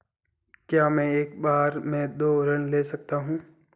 क्या मैं एक बार में दो ऋण ले सकता हूँ?